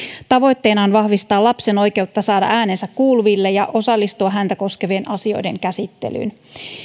tavoitteena on vahvistaa lapsen oikeutta saada äänensä kuuluville ja osallistua häntä koskevien asioiden käsittelyyn